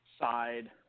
side